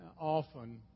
often